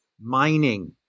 mining